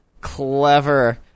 Clever